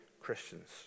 Christians